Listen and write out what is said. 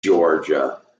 georgia